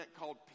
called